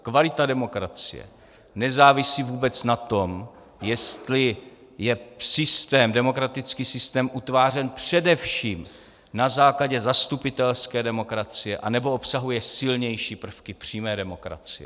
Kvalita demokracie nezávisí vůbec na tom, jestli je demokratický systém utvářen především na základě zastupitelské demokracie, anebo obsahuje silnější prvky přímé demokracie.